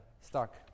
stuck